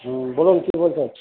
হুম বলুন কী বলছেন